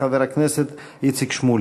חבר הכנסת איציק שמולי.